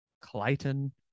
Clayton